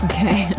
Okay